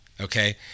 Okay